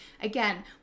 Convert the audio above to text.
Again